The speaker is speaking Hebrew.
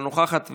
אינה נוכחת.